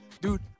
Dude